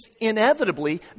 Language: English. inevitably